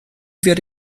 werde